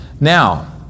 Now